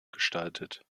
gestaltet